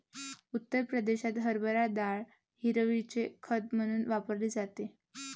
उत्तर प्रदेशात हरभरा डाळ हिरवळीचे खत म्हणून वापरली जाते